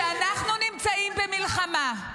כשאנחנו נמצאים במלחמה,